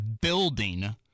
building